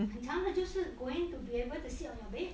很长的就是 going to be able to sit on your bed